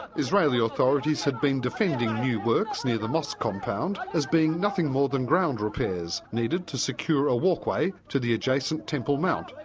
israeli authorities had been defending new works near the mosque compound as being nothing more than ground repairs needed to secure a walkway to the adjacent temple mount.